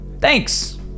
Thanks